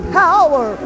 power